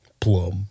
plum